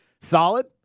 Solid